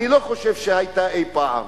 אני לא חושב שהיתה אי-פעם.